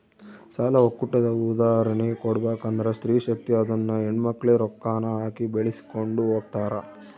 ಸಾಲ ಒಕ್ಕೂಟದ ಉದಾಹರ್ಣೆ ಕೊಡ್ಬಕಂದ್ರ ಸ್ತ್ರೀ ಶಕ್ತಿ ಅದುನ್ನ ಹೆಣ್ಮಕ್ಳೇ ರೊಕ್ಕಾನ ಹಾಕಿ ಬೆಳಿಸ್ಕೊಂಡು ಹೊಗ್ತಾರ